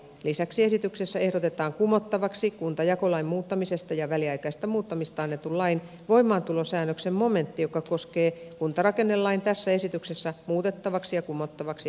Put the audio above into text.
lisäksi esityksessä ehdotetaan kumottavaksi kuntajakolain muuttamisesta ja väliaikaisesta muuttamisesta annetun lain voimaantulosäännöksen momentti joka koskee kuntarakennelain tässä esityksessä muutettavaksi ja kumottavaksi ehdotettuja säännöksiä